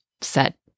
set